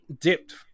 dipped